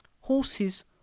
Horses